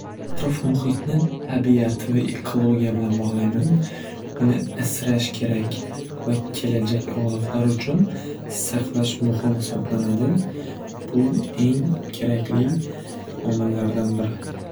Atrof muhitni tabiat va ekologiya bilan bog'layman uni asrash kerak va kelajak avlodlar uchun saqlash muhim hisoblanadi bu eng kerakli omillardan biri.